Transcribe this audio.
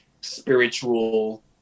spiritual